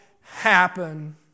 happen